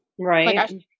Right